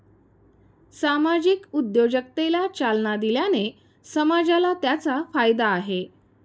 सामाजिक उद्योजकतेला चालना दिल्याने समाजाला त्याचा फायदा आहे